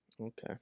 Okay